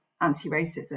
anti-racism